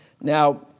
Now